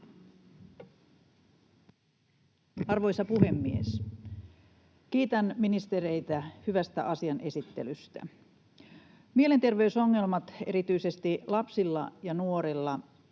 Arvoisa puhemies! Kiitän ministereitä hyvästä asian esittelystä. Mielenterveysongelmat erityisesti lapsilla ja nuorilla